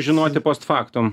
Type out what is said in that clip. žinoti post faktum